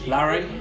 Larry